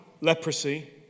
leprosy